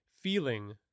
feeling